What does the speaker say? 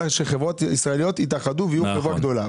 אלא שחברות ישראליות יתאחדו ויהיו חברה גדולה,